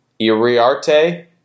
Iriarte